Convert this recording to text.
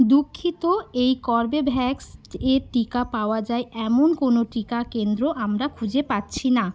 দুঃখিত এই কর্বেভ্যাক্স এর টিকা পাওয়া যায় এমন কোনো টিকাদান কেন্দ্র আমরা খুঁজে পাচ্ছি না